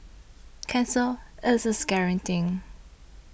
cancer is a scary thing